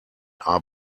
are